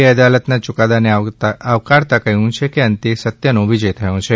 આઈ અદાલતના યુકાદાને આવકાર આપતા કહ્યું છે કે અંતે સત્યનો વિજય થયો છે